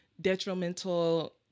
detrimental